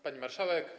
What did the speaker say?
Pani Marszałek!